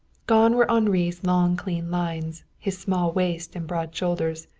gone were henri's long clean lines, his small waist and broad shoulders,